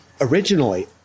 originally